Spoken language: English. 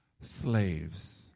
slaves